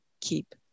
keep